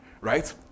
right